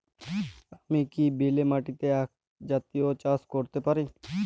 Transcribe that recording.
আমি কি বেলে মাটিতে আক জাতীয় চাষ করতে পারি?